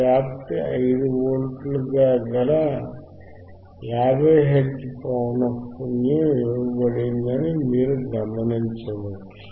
వ్యాప్తి 5 వోల్ట్లుగా గల 50 హెర్ట్జ్ పౌనఃపున్యం ఇవ్వబడిందని మీరు గమనించవచ్చు